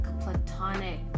platonic